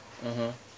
(uh huh)